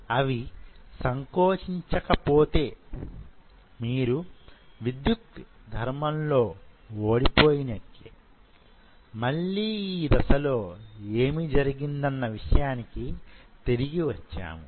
అవి సంకోచించకపోతే మీరు విద్యుక్త ధర్మం లో వోడిపోయినట్లే మళ్ళీ యీ దశలో యేమి జరిగిందన్న విషయానికి తిరిగి వచ్చాము